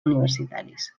universitaris